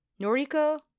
Noriko